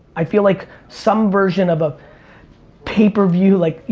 i feel like some version of a pay per view. like,